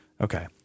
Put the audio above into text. Okay